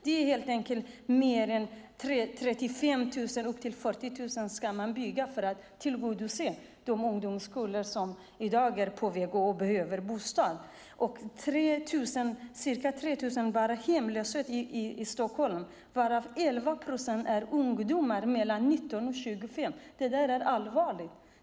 Man ska bygga 35 000-40 000 lägenheter för att tillgodose de ungdomskullar som i dag är på väg att flytta hemifrån och behöver bostad. Det är ca 3 000 hemlösa bara i Stockholm, och av dem är 11 procent ungdomar i åldern 19-25 år.